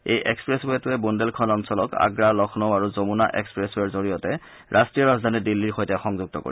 এই এক্সপ্লেছৰেটোৱে বুন্দেলখণু অঞ্চলক আগ্ৰা লক্ষ্ণৌ আৰু যমূনা এক্সপ্লেছৰেৰ জৰিয়তে ৰাষ্ট্ৰীয় ৰাজধানী দিল্লীৰ সৈতে সংযুক্ত কৰিব